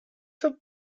some